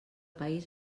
país